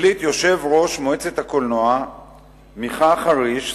החליט יושב-ראש מועצת הקולנוע מיכה חריש,